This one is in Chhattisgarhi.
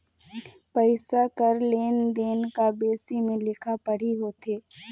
पइसा कर लेन देन का बिसे में लिखा पढ़ी होथे